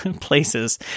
places